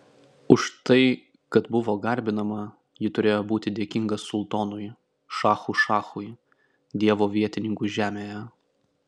už tai kad buvo garbinama ji turėjo būti dėkinga sultonui šachų šachui dievo vietininkui žemėje